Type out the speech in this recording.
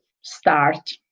start